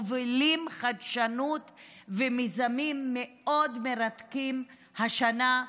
ומובילים חדשנות ומיזמים מאוד מרתקים השנה.